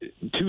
two